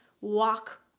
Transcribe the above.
walk